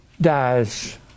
dies